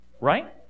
right